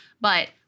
but-